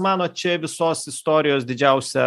manot čia visos istorijos didžiausia